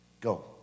go